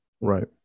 right